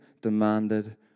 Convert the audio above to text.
demanded